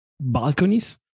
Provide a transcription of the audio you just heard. balconies